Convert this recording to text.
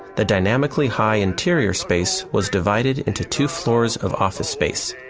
the dynamically high interior space was divided into two floors of office space,